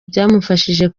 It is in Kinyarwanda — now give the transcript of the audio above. byamufashije